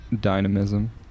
dynamism